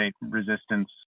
resistance